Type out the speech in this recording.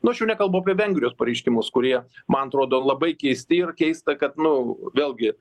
nu aš jau nekalbu apie vengrijos pareiškimus kurie man atrodo labai keisti ir keista kad nu vėlgi